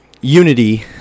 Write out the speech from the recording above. unity